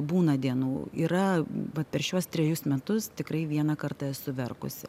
būna dienų yra vat per šiuos trejus metus tikrai vieną kartą esu verkusi